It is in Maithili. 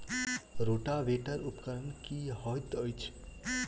रोटावेटर उपकरण की हएत अछि?